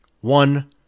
One